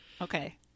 Okay